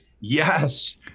yes